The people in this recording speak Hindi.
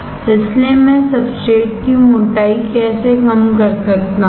इसलिए मैं सब्सट्रेट की मोटाई कैसे कम कर सकता हूं